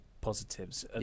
positives